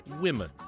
women